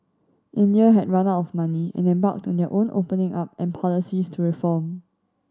India had run out of money and embarked on their own opening up and policies to reform